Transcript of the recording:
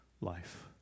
life